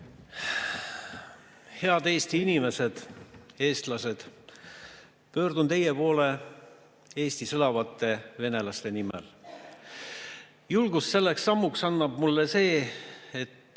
Head Eesti inimesed, eestlased! Pöördun teie poole Eestis elavate venelaste nimel. Julgust selleks sammuks annab mulle see, et